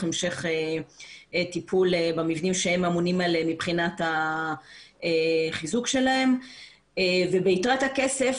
המשך טיפול במבנים שהם אמונים מבחינת החיזוק שלהם וביתרת הכסף,